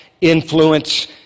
influence